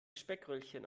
speckröllchen